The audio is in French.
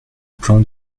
plan